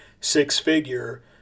six-figure